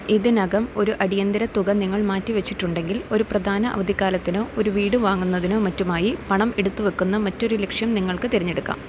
ഇതിനകം ഒരു അടിയന്തര തുക നിങ്ങൾ മാറ്റിവെച്ചിട്ടുണ്ടെങ്കിൽ ഒരു പ്രധാന അവധിക്കാലത്തിനോ ഒരു വീട് വാങ്ങുന്നതിനോ മറ്റുമായി പണം എടുത്തുവെയ്ക്കുന്ന മറ്റൊരു ലക്ഷ്യം നിങ്ങൾക്ക് തിരഞ്ഞെടുക്കാം